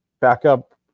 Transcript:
backup